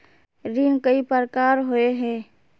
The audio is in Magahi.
ऋण कई प्रकार होए है?